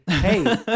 hey